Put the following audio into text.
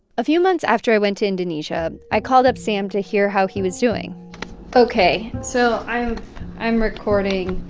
a few months after i went to indonesia, i called up sam to hear how he was doing ok, so i'm i'm recording.